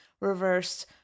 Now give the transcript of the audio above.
reversed